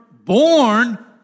born